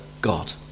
God